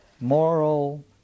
moral